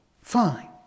Fine